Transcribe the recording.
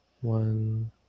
One